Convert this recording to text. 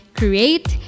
create